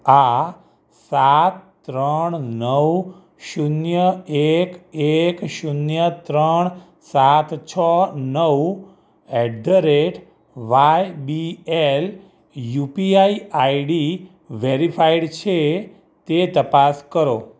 આ સાત ત્રણ નવ શૂન્ય એક એક શૂન્ય ત્રણ સાત છ નવ at the rate Y B L U P I ID verified છે તે તપાસ કરો